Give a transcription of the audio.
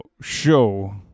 show